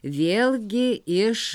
vėlgi iš